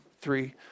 three